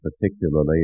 particularly